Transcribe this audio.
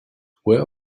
where